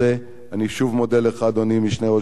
אני שוב מודה לך, אדוני, המשנה לראש הממשלה.